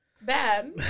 bad